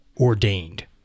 ordained